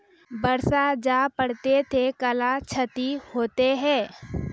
बरसा जा पढ़ते थे कला क्षति हेतै है?